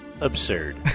absurd